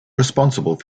responsible